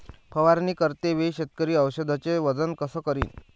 फवारणी करते वेळी शेतकरी औषधचे वजन कस करीन?